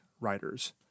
writers